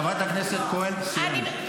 חברת הכנסת כהן, סיימנו.